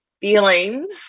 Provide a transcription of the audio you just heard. feelings